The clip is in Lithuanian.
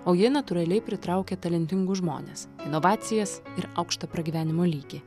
o ji natūraliai pritraukia talentingus žmones inovacijas ir aukštą pragyvenimo lygį